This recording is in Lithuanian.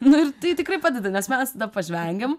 nu ir tai tikrai padeda nes mes tada pažvengiam